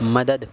مدد